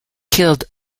killed